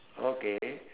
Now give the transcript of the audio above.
okay